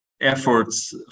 efforts